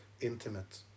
intimate